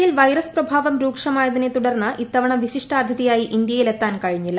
യിൽ വൈറസ് പ്രഭാവം രൂക്ഷമായതിനെ തുടർന്ന് ഇത്തവണ വിശിഷ്ടാതിഥിയായി ഇന്ത്യയിൽ എത്താൻ കഴിഞ്ഞില്ല